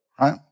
right